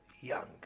young